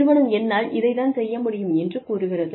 நிறுவனம் என்னால் இதைத் தான் செய்ய முடியும் என்று கூறுகிறது